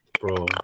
bro